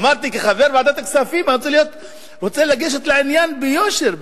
אמרתי שכחבר ועדת הכספים אני רוצה לגשת לעניין ביושר,